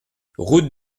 route